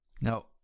now